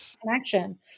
connection